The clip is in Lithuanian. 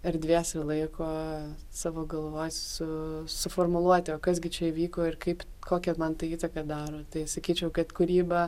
erdvės ir laiko savo galvoj su suformuluoti o kas gi čia įvyko ir kaip kokią man tai įtaką daro tai sakyčiau kad kūryba